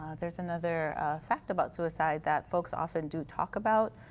ah there's another fact about suicide that folks often do talk about.